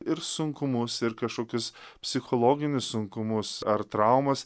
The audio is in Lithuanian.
ir sunkumus ir kažkokius psichologinius sunkumus ar traumas